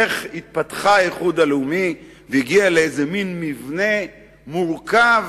איך התפתח האיחוד הלאומי והגיע לאיזה מין מבנה מורכב.